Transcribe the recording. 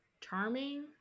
charming